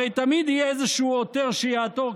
הרי תמיד יהיה איזשהו עותר שיעתור,